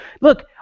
Look